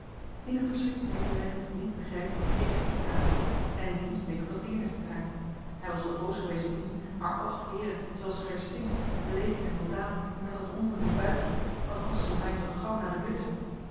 in een verschrikt medelijden dat niet begrijpt keek ze piet aan en in diens blik was deernis met haar hij was johan de meester de zonde in het deftige dorp wel boos geweest op dien maar och heere zooals ze daar sting bleek en ontdaan met dat rondende buikje wat was zoo'n meid toch gauw na de